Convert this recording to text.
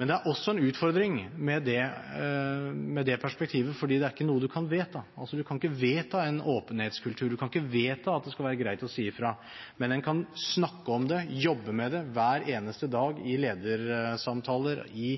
Men det er også en utfordring med det perspektivet, for det er ikke noe en kan vedta. En kan ikke vedta en åpenhetskultur, en kan ikke vedta at det skal være greit å si ifra, men en kan snakke om det og jobbe med det hver eneste dag i ledersamtaler og i